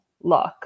look